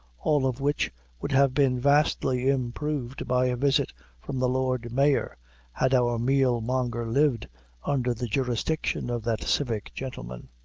all of which would have been vastly improved by a visit from the lord-mayor, had our meal-monger lived under the jurisdiction of that civic gentleman.